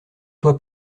toi